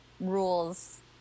rules